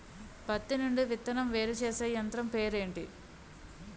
పత్తి నుండి విత్తనం వేరుచేసే యంత్రం పేరు ఏంటి